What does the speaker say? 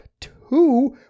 two